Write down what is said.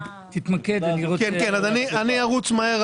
לפני שהשר מתחיל, אני מבקש לומר שאנחנו